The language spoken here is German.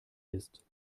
ist